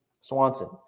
Swanson